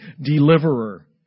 Deliverer